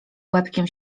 łebkiem